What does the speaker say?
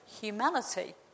humanity